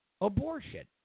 abortion